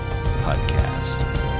Podcast